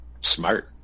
smart